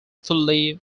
fully